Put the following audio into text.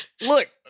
Look